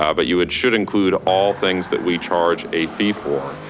ah but you and should include all things that we charge a fee for.